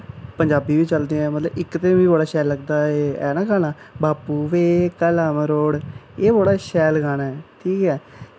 पंजाबी बी चलदे ऐं मतलव इक ते बड़ा शैल लगदा ऐ है ना गाना बापू बे कला मरोड़ एह् बड़ा शैल गाना ऐ ठीक ऐ